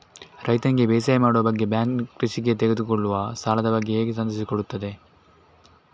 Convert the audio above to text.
ರೈತನಿಗೆ ಬೇಸಾಯ ಮಾಡುವ ಬಗ್ಗೆ ಬ್ಯಾಂಕ್ ಕೃಷಿಗೆ ತೆಗೆದುಕೊಳ್ಳುವ ಸಾಲದ ಬಗ್ಗೆ ಹೇಗೆ ಸಂದೇಶ ಕೊಡುತ್ತದೆ?